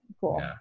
Cool